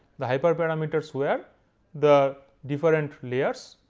the hyper parameters were the different layers.